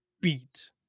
beat